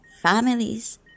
families